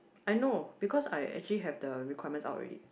I know because I actually have the requirements out already